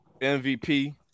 MVP